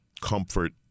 comfort